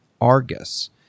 Argus